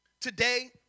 Today